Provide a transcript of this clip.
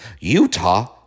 Utah